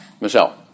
Michelle